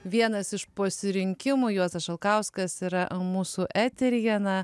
vienas iš pasirinkimų juozas šalkauskas yra mūsų eteryje na